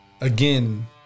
Again